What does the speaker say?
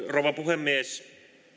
rouva puhemies